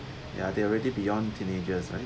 ya they already beyond teenagers right